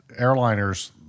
airliners